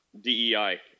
DEI